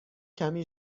کمی